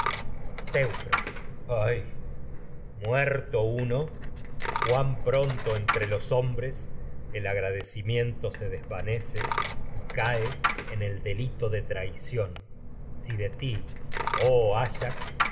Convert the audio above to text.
ay muerto uno cuán pronto entre lo tragedias de sófocles hombres delito de el agradecimiento se desvanece y cae en el traición si de ti oh ayax